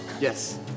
yes